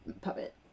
puppet